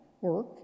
work